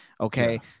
Okay